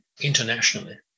internationally